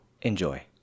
enjoy